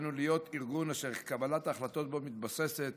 עלינו להיות ארגון אשר קבלת ההחלטות בו מתבססת